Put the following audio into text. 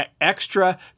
extra